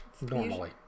normally